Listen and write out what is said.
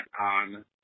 on